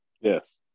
Yes